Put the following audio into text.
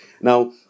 now